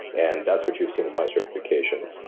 and that's what you've seen by certifications.